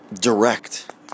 direct